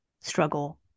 struggle